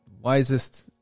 wisest